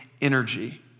energy